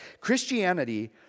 Christianity